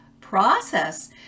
process